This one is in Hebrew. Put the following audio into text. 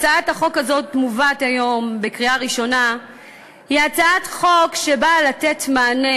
הצעת החוק המובאת היום לקריאה ראשונה היא הצעת חוק שבאה לתת מענה